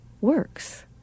works